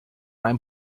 ein